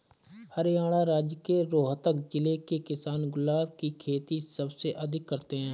हरियाणा राज्य के रोहतक जिले के किसान गुलाब की खेती सबसे अधिक करते हैं